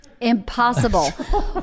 Impossible